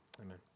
Amen